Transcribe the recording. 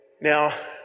Now